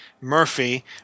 Murphy